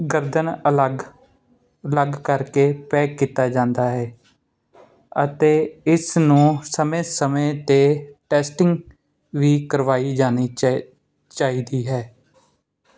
ਗਰਦਨ ਅਲੱਗ ਅਲੱਗ ਕਰਕੇ ਪੈਕ ਕੀਤਾ ਜਾਂਦਾ ਹੈ ਅਤੇ ਇਸ ਨੂੰ ਸਮੇਂ ਸਮੇਂ 'ਤੇ ਟੈਸਟਿੰਗ ਵੀ ਕਰਵਾਈ ਜਾਣੀ ਚਾ ਚਾਹੀਦੀ ਹੈ